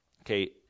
Okay